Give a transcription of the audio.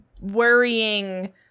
worrying